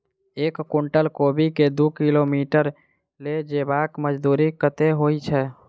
एक कुनटल कोबी केँ दु किलोमीटर लऽ जेबाक मजदूरी कत्ते होइ छै?